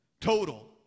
total